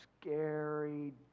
scary